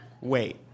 wait